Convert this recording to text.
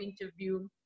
interview